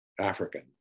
African